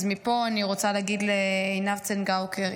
אז מפה אני רוצה להגיד לעינב צנגאוקר,